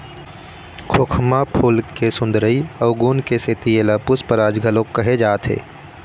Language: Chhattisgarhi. खोखमा फूल के सुंदरई अउ गुन के सेती एला पुस्पराज घलोक कहे जाथे